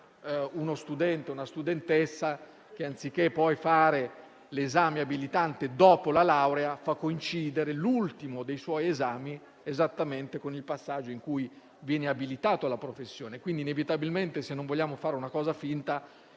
uno studente o una studentessa che, anziché fare l'esame abilitante dopo la laurea, fa coincidere l'ultimo dei suoi esami esattamente con il passaggio in cui viene abilitato alla professione. Pertanto, inevitabilmente, se non vogliamo fare qualcosa di